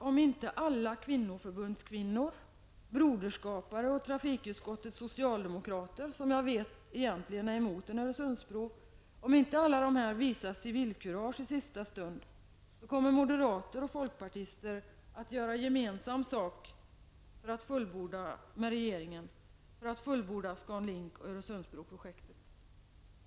Om inte alla kvinnoförbundskvinnor, broderskapare och trafikutskottets socialdemokrater -- som jag vet egentligen är emot en Öresundsbro -- visar civilkurage i sista stund kommer moderater och folkpartister att göra gemensam sak med regeringen för att fullborda ScanLink och Öresundsbroprojektet.